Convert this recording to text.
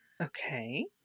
Okay